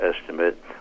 Estimate